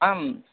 आम्